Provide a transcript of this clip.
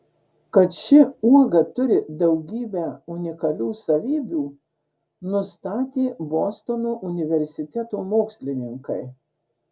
kad ši uoga turi daugybę unikalių savybių nustatė bostono universiteto mokslininkai